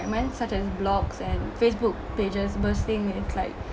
excitement such as blogs and facebook pages bursting it's like